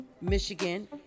Michigan